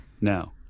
Now